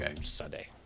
sunday